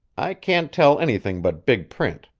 i can't tell anything but big print.